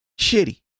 shitty